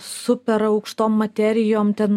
super aukštom materijom ten